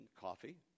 coffee